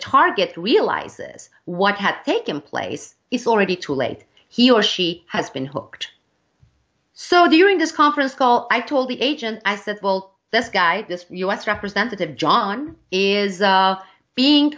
target realizes what had taken place it's already too late he or she has been hooked so during this conference call i told the agent as it will this guy this u s representative john is being